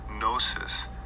gnosis